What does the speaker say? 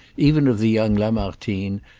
even of the young lamartine,